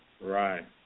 Right